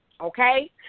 okay